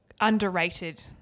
underrated